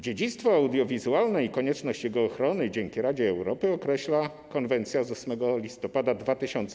Dziedzictwo audiowizualne i konieczność jego ochrony dzięki Radzie Europy określa konwencja z 8 listopada 2001